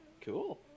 cool